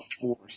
force